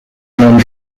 membrane